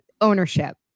ownership